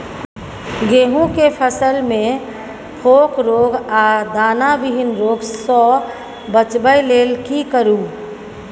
गेहूं के फसल मे फोक रोग आ दाना विहीन रोग सॅ बचबय लेल की करू?